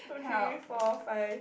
two three four five